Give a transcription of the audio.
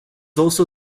also